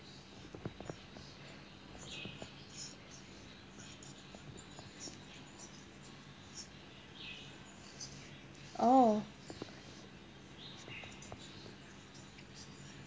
oh